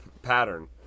pattern